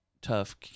tough